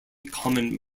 common